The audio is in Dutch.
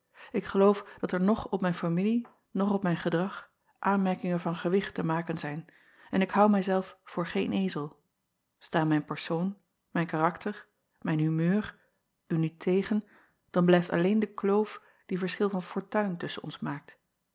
k geloof dat er noch op mijn familie noch op mijn gedrag aanmerkingen van gewicht te maken zijn en ik hou mij zelf voor geen ezel taan mijn persoon mijn karakter mijn humeur u niet tegen dan acob van ennep laasje evenster delen blijft alleen de kloof die verschil van fortuin tusschen ons maakt